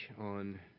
on